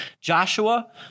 Joshua